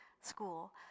school